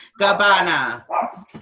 Gabbana